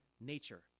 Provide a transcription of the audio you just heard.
nature